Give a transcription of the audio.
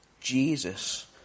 Jesus